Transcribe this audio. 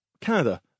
Canada